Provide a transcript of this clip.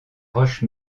roches